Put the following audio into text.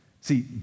See